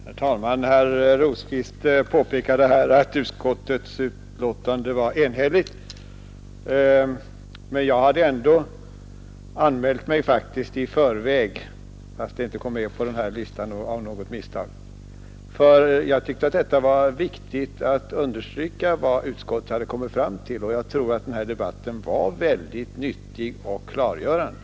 Herr talman! Herr Rosqvist påpekade att utskottets betänkande var enhälligt och att ingen talare var angiven som förhandsanmäld. Men jag hade faktiskt ändå anmält mig till talarlistan, fast mitt namn genom något misstag inte kom med, för jag tyckte det var viktigt att understryka vad utskottet hade kommit fram till. Jag tror också att den här debatten har varit nyttig och klargörande.